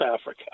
Africa